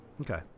Okay